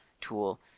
tool